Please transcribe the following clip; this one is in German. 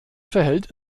verhält